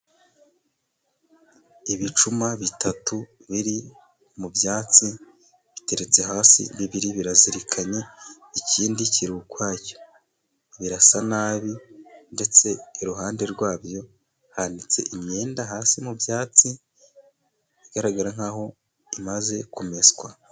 Ibicuma bitatu biri mu byatsi biteretse hasi, bibiri birazirikanye, ikindi kiri ukwacyo. Birasa nabi ndetse iruhande rwabyo hanitse imyenda hasi mu byatsi, bigaragara nk'aho imaze kumeswa.